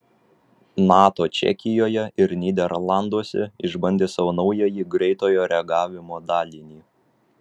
nato čekijoje ir nyderlanduose išbandė savo naująjį greitojo reagavimo dalinį